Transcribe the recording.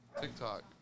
TikTok